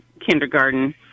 kindergarten